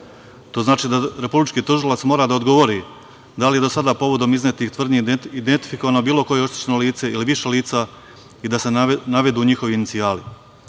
To znači da Republički tužilac mora da odgovori da li je do sada povodom iznetih tvrdnji identifikovano bilo koje oštećeno lice ili više lica i da se navedu njihovi inicijali.